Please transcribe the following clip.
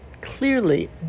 clearly